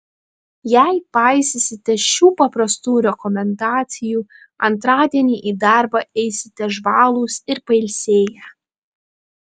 jei paisysite šių paprastų rekomendacijų antradienį į darbą eisite žvalūs ir pailsėję